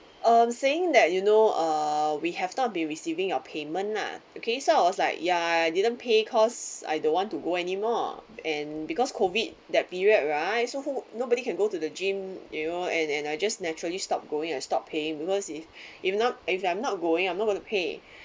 um saying that you know uh we have not been receiving your payment lah okay so I was like ya didn't pay cause I don't want to go anymore and because COVID that period right so who nobody can go to the gym you know and and I just natural stopped going and stopped paying because if if not if I'm not going I'm not going to pay